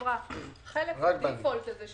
שהחלק הדי פולט הזאת,